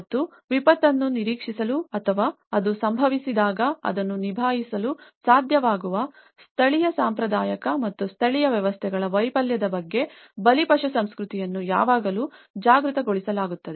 ಮತ್ತು ವಿಪತ್ತನ್ನು ನಿರೀಕ್ಷಿಸಲು ಅಥವಾ ಅದು ಸಂಭವಿಸಿದಾಗ ಅದನ್ನು ನಿಭಾಯಿಸಲು ಸಾಧ್ಯವಾಗುವ ಸ್ಥಳೀಯ ಸಾಂಪ್ರದಾಯಿಕ ಮತ್ತು ಸ್ಥಳೀಯ ವ್ಯವಸ್ಥೆಗಳ ವೈಫಲ್ಯದ ಬಗ್ಗೆ ಬಲಿಪಶು ಸಂಸ್ಕೃತಿಯನ್ನು ಯಾವಾಗಲೂ ಜಾಗೃತಗೊಳಿಸಲಾಗುತ್ತದೆ